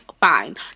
fine